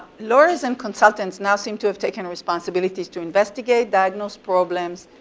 lawyers and consultants now seem to have taken responsibilities to investigate, diagnose problems,